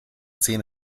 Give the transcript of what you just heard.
zehn